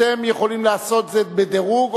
אתם יכולים לעשות זאת בדירוג,